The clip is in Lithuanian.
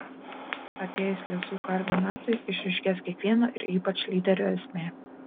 atėjus liesų karvių metui išryškės kiekvieno ir ypač lyderių esmė